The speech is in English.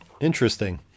Interesting